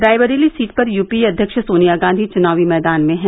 Raebareli seat पर UPA अध्यक्ष सोनिया गांधी चुनाव मैदान में हैं